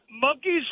monkeys